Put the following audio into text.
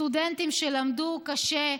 סטודנטים שלמדו קשה,